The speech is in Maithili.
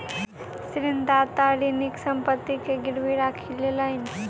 ऋणदाता ऋणीक संपत्ति के गीरवी राखी लेलैन